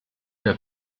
der